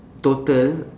total